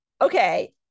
Okay